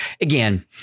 again